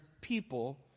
people